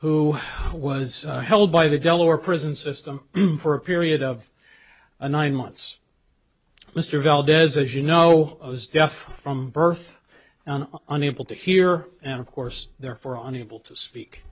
who was held by the delaware prison system for a period of a nine months mr valdez as you know was deaf from birth and unable to hear and of course therefore unable to speak